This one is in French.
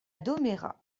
domérat